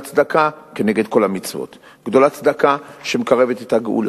צדקה כנגד כל המצוות"; "גדולה צדקה שמקרבת את הגאולה".